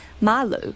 malu